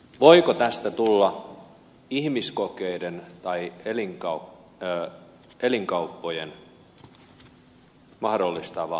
voiko tästä tulla ihmiskokeita tai elinkauppoja mahdollistava laki